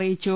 അറിയിച്ചു